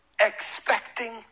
expecting